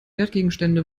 wertgegenstände